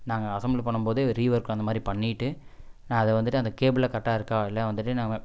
நாங்கள் அசெம்பிள் பண்ணும் போது ரீஒர்க் அந்த மாதிரி பண்ணிட்டு நான் அதை வந்துட்டு அந்த கேபிளில் கரெட்டாக இருக்கா இல்லை வந்துட்டு